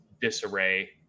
disarray